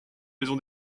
maison